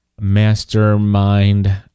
mastermind